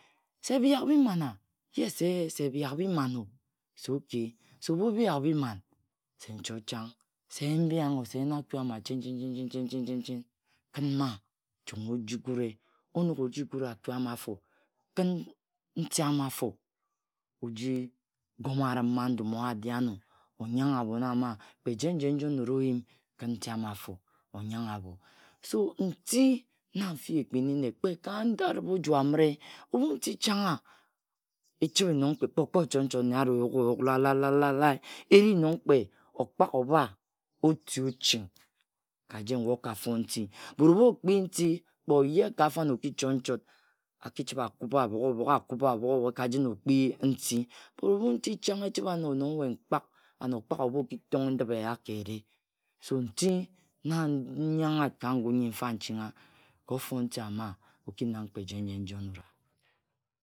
Akpugha ayima nne ayebhambinghe. Onogho-fon nti nong ofona-nor uti ama okara ane, oyare ane, okinna mma oyima nyen ejum Nong oyima-ano nyen ejum na nti ama. Anne ayena nji-oyima na nti ama-afo. Okiyen se oyebhambinghe oki joe. Kpe nkae-owa or ndum owa na akpi nti, akin nti ama-fo anyanghe ane ama ka aribh-oju, agbeg oju, anamma onutu akara anne. Nti na ndi ejun nji atama kpe bhak ebhib nyi nne ka ngun nyi ebha-no. Ebhu nti changha onyin oyim kpe-jum. Ekpi nnenkae nyo akpi abhon. Nong akpi amo abhon ama. na ndum owe, ndum owe okpat oyeye, nti chang ye mma akikin anyanghe abhom. Abe amaghe abhom na nkae. Nkae anyo achime echoe abhom aji-afo. nong achime echoe abhon aji, akene akepe ka nti chang ye mma akiyim